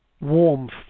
warmth